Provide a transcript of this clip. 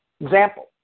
Example